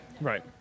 Right